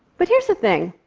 but here's the thing